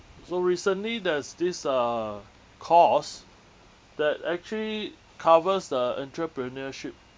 so recently there's this uh course that actually covers the entrepreneurship